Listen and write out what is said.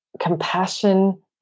compassion